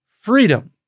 freedom